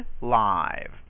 live